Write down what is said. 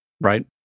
Right